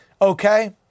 Okay